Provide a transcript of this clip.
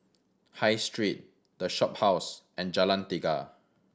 High Street The Shophouse and Jalan Tiga